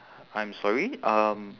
I'm sorry um